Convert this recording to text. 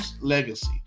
legacy